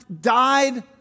Died